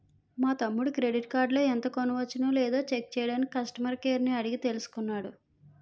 మా తమ్ముడు క్రెడిట్ కార్డులో ఎంత కొనవచ్చునో లేదో చెక్ చెయ్యడానికి కష్టమర్ కేర్ ని అడిగి తెలుసుకున్నాడు